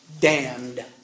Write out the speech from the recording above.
damned